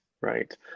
right